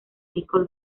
nicole